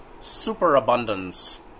superabundance